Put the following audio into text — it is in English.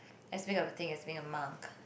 as being of thing as being a monk